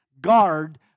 guard